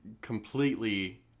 completely